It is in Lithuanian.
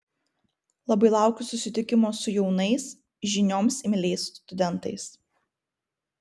labai laukiu susitikimo su jaunais žinioms imliais studentais